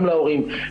גם להורים,